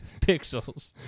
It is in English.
Pixels